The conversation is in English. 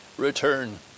Return